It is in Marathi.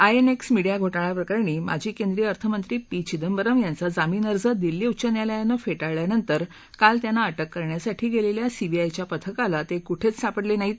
आयएनएक्स मिडिया घोटाळाप्रकरणी माजी केंद्रीय अर्थमंत्री पी चिदंबरम यांचा जामीन अर्ज दिल्ली उच्च न्यायालयानं फेटाळल्यानंतर काल त्यांना अटक करण्यासाठी गेलेल्या सीबीआयच्या पथकाला ते कुठंच सापडले नाहीत